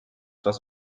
das